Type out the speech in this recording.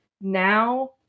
Now